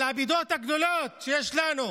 על האבדות הגדולות שיש לנו,